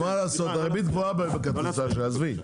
מה לעשות הריבית גבוהה בכרטיסי האשראי,